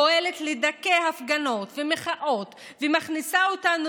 פועלת לדכא הפגנות ומחאות ומכניסה אותנו